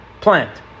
plant